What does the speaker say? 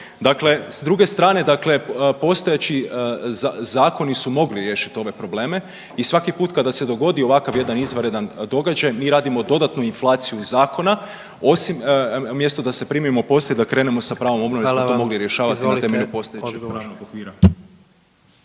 Dakle, s druge strane, dakle postojeći zakoni su mogli riješiti ove probleme i svaki put kada se dogodi ovakav jedan izvanredan događaj, mi radimo dodatnu inflaciju zakona, osim, mjesto da se primimo posla i da krenemo sa pravom obnovom .../Upadica: Hvala vam./... jer smo to mogli rješavati na temelju postojećeg.